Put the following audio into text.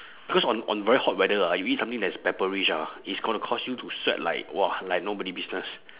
cause on on very hot weather ah you eat something that is pepperish ah it's gonna cause you to sweat like !wah! like nobody business